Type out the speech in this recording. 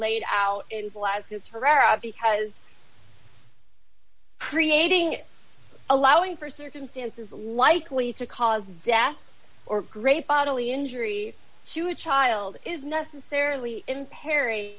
laid out in full as to its herrera because creating allowing for circumstances likely to cause death or great bodily injury to a child is necessarily